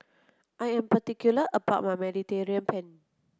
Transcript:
I am particular about my Mediterranean Penne